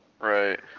Right